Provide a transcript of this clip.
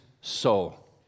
soul